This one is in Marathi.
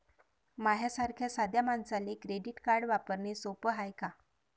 माह्या सारख्या साध्या मानसाले क्रेडिट कार्ड वापरने सोपं हाय का?